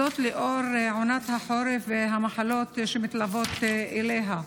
בשל עונת החורף והמחלות שמתלוות אליה.